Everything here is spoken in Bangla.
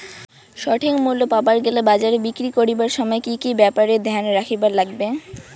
সঠিক মূল্য পাবার গেলে বাজারে বিক্রি করিবার সময় কি কি ব্যাপার এ ধ্যান রাখিবার লাগবে?